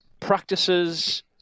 practices